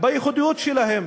בייחודיות שלהם.